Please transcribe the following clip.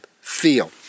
feel